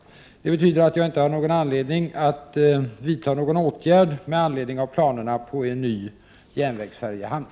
Det betyder att jag inte har någon anledning att vidta någon åtgärd med anledning av planerna på en ny järnvägsfärjehamn.